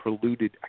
polluted